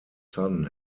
son